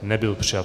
Nebyl přijat.